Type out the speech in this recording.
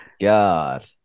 God